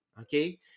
okay